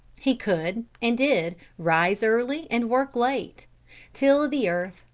he could, and did, rise early and work late till the earth,